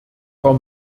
frau